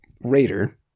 raider